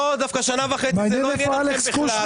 לא, דווקא שנה וחצי זה לא עניין אתכם בכלל.